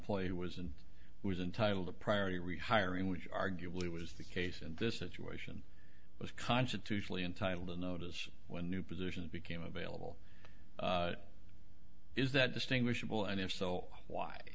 r was and was entitled a priority rehiring which arguably was the case in this situation was constitutionally entitled to notice when a new position became available is that distinguishable and if so why